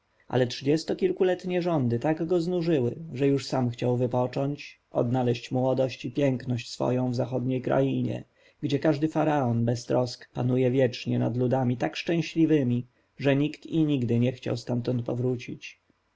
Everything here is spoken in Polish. ale trzydziestokilkuletnie rządy tak go znużyły że już sam chciał wypocząć odnaleźć młodość i piękność swoją w zachodniej krainie gdzie każdy faraon bez trosk panuje wiecznie nad ludami tak szczęśliwemi że nikt i nigdy nie chciał stamtąd powrócić